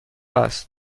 است